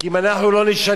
כי אם אנחנו לא נשנה,